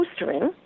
postering